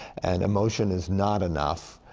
and emotion is not enough.